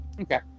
Okay